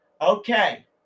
okay